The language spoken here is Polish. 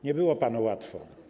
Nie było panu łatwo.